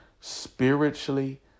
spiritually